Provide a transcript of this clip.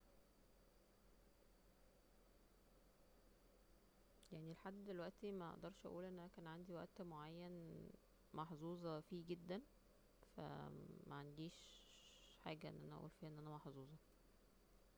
يعني لحد دلوقتي مقدرش اقول ان أنا كان عندي وقت معين محظوظة فيه جدا ف معنديش حاجة أن أنا اقول فيها ان أنا مظوظة